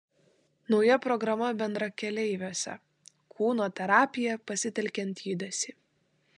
nauja programa bendrakeleiviuose kūno terapija pasitelkiant judesį